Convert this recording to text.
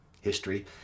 history